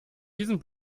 diesen